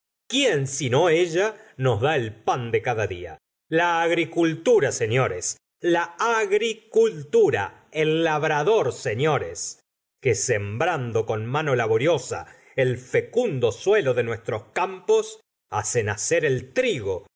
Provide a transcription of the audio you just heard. quién sino ella nos da el pan de cada día la agricultura señores la agricultura el labrador señores que sembrando con mano laboriosa el fecundo suelo de nuestros campos hace nacer el trigo